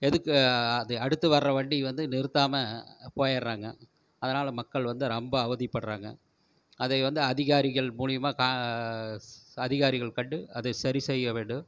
எதுக்கு அது அடுத்த வர வண்டிக்கு வந்து நிறுத்தாமல் போயிடுறாங்க அதனால் மக்கள் வந்து ரொம்ப அவதிப்படுகிறாங்க அதை வந்து அதிகாரிகள் மூலிமா க அதிகாரிகள் கண்டு அதை சரிசெய்ய வேண்டும்